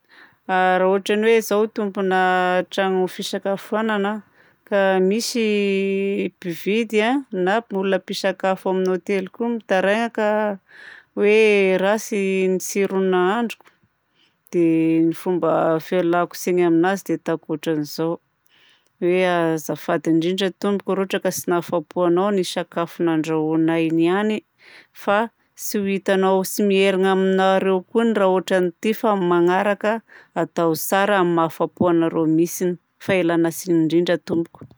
Raha ôtran'ny hoe zaho tompona tragno fisakafoanana, ka misy mpividy a, na olona mpisakafo amin'ny hoteliko ao mitaraigna ka hoe ratsy ny tsiron'ny nahandroko. Dia ny fomba fialako tsiny aminazy dia ataoko ôtran'izao: hoe azafady indrindra tompoko raha ohatra ka tsy nahafapo anao ny sakafo nandrahoinay niany fa tsy ho hitanao- tsy miherigna aminareo koa ny raha ôtran'ity fa amin'ny magnaraka atao tsara amin'ny mahafapo anareo mihitsiny fa ialana tsiny indrindra tompoko.